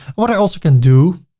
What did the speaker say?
what i also can do,